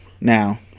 Now